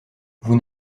vous